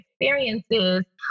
experiences